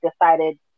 decided